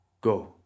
Go